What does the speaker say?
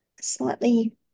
slightly